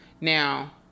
Now